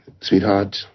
Sweetheart